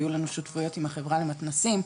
היו לנו שותפויות עם החברה למתנ"סים,